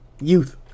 Youth